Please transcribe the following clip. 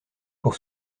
pour